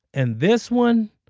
and this one,